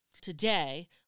today